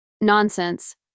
Nonsense